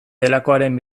delakoaren